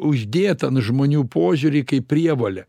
uždėt an žmonių požiūrį kaip prievolę